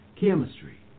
Chemistry